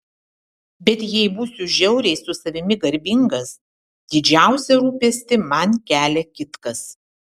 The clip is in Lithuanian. bet jei būsiu žiauriai su savimi garbingas didžiausią rūpestį man kelia kitkas